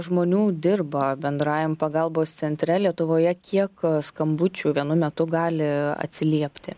žmonių dirba bendrajam pagalbos centre lietuvoje kiek skambučių vienu metu gali atsiliepti